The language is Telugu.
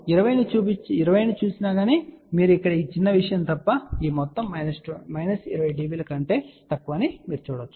నేను 20 ని చూసినా మీరు ఇక్కడ ఈ చిన్న విషయం తప్ప ఈ మొత్తం 20 dB కంటే తక్కువ అని చూడవచ్చు